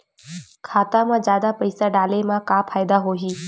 खाता मा जादा पईसा डाले मा का फ़ायदा होही?